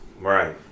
Right